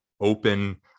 open